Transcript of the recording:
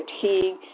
fatigue